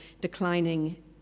declining